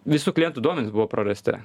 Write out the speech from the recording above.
visų klientų duomenys buvo prarasti